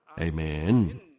Amen